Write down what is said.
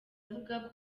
avuga